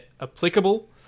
applicable